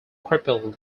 crippled